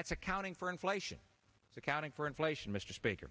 that's accounting for inflation accounting for inflation mr speaker